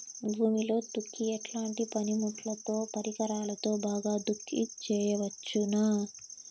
భూమిలో దుక్కి ఎట్లాంటి పనిముట్లుతో, పరికరాలతో బాగా దుక్కి చేయవచ్చున?